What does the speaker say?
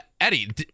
Eddie